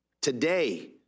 today